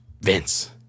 Vince